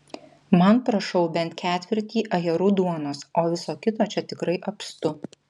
man prašau bent ketvirtį ajerų duonos o viso kito čia tikrai apstu